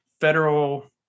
federal